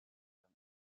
femme